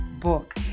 book